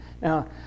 Now